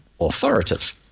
authoritative